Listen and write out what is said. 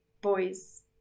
boys